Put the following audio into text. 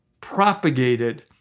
propagated